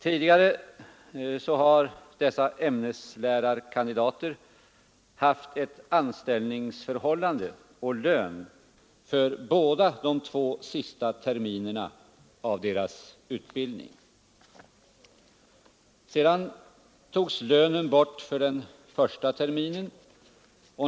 Tidigare har dessa ämneslärarkandidater haft ett anställningsförhållande och lön för båda de två sista terminerna av utbildningen. Sedan togs lönen bort för den första terminen.